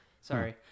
sorry